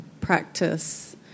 practice